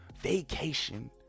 vacation